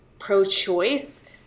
pro-choice